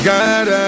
God